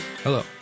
Hello